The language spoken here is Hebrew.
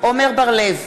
עמר בר-לב,